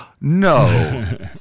No